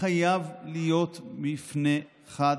חייב להיות מפנה חד,